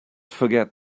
forget